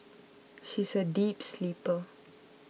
she is a deep sleeper